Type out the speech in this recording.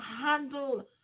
handle